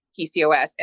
PCOS